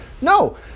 No